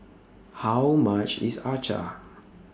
How much IS Acar